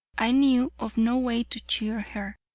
i knew of no way to cheer her,